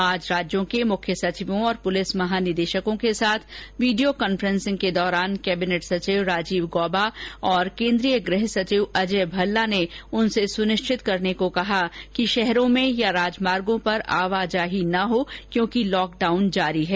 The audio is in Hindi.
आज राज्यों के मुख्य सचिवों और पुलिस महानिदेशकों के साथ वीडियो कॉन्फ्रेंसिंग के दौरान कैबिनेट सचिव राजीव गौबा और केन्द्रीय गृह संचिव अजय भल्ला ने उनसे सुनिश्चित करने को कहा कि शहरों में या राजमार्गों पर आवाजाही नहीं हो क्योंकि लॉक डाउन जारी है